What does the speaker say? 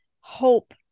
hope